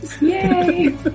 Yay